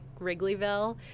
Wrigleyville